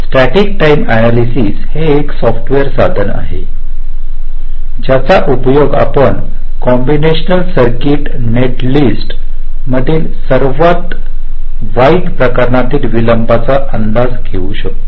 static time analysis हे एक software साधन आहे ज्याचा उपयोग आपण कॉम्बिनेशनल सर्किट नेटलिस्ट मधील सर्वात वाईट प्रकरणातील विलंबाचा अंदाज घेऊ शकता